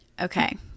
Okay